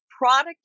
Product